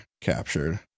captured